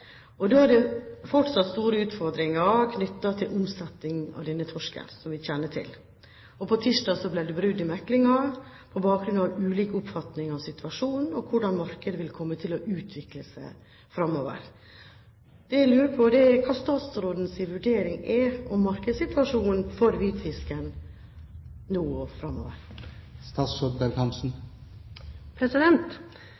Det er fortsatt store utfordringer, som vi kjenner til, knyttet til omsetningen av denne torsken. På tirsdag ble det brudd i meklingen på bakgrunn av ulik oppfatning av situasjonen og av hvordan markedet vil komme til å utvikle seg fremover. Det jeg lurer på er: Hva er statsrådens vurdering av markedssituasjonen for hvitfisken nå og